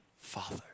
father